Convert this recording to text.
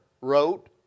wrote